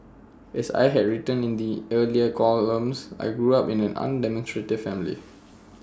as I had written in my earlier columns I grew up in an undemonstrative family